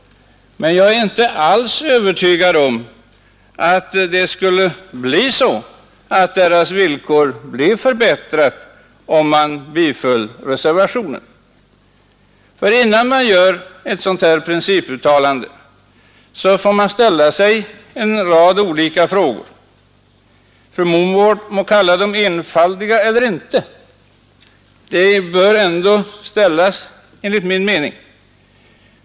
Men jag är inte alls övertygad om att deras villkor skulle bli förbättrade, om reservationen 1 bifölls, ty innan man gör ett sådant principuttalande som föreslås i reservationen får man ställa sig en rad olika frågor. Fru Mogård må kalla dem enfaldiga eller inte — de bör enligt min mening ändå ställas.